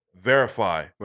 verify